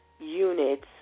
units